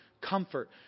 comfort